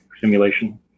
simulation